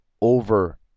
over